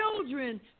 children